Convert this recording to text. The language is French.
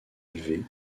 élevée